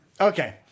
okay